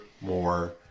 more